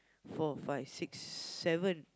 four five six seven